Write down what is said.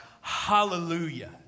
hallelujah